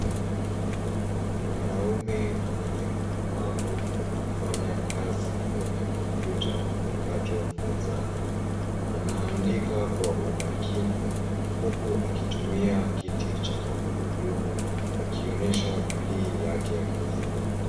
Mwanaume mwenye ulemavu anafanya kazi kwenye kompyuta mpakato mezani. Anaandika kwa umakini huku akitumia kiti cha magurudumu akionyesha bidii yake kazini.